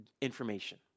information